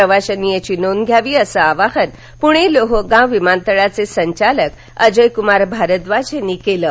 प्रवाशांनी याची नोंद घ्यावी असं आवाहन पुणे लोहगाव विमानतळाचे संचालक अजयक्रमार भारव्दाज यांनी केले आहे